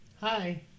hi